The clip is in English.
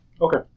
Okay